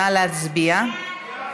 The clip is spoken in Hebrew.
נא להצביע.